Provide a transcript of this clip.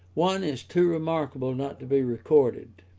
one is too remarkable not to be recorded.